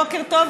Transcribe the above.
בוקר טוב,